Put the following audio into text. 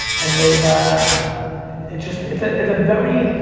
and they've, it just, it's ah it's a very,